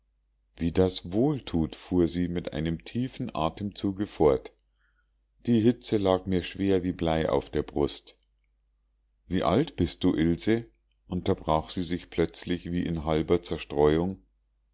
wie das wohl thut fuhr sie mit einem tiefen atemzuge fort die hitze lag mir schwer wie blei auf der brust wie alt bist du ilse unterbrach sie sich plötzlich wie in halber zerstreuung